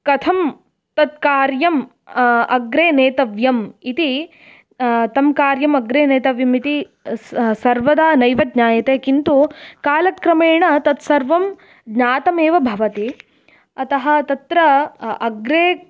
कथं तत् कार्यम् अग्रे नेतव्यम् इति तं कार्यम् अग्रे नेतव्यम् इति सर्वदा नैव ज्ञायते किन्तु कालक्रमेण तत्सर्वं ज्ञातमेव भवति अतः तत्र अग्रे